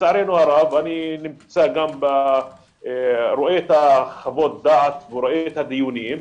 לצערנו הרב אני רואה את חוות הדעת ורואה את הדיונים,